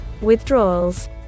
Withdrawals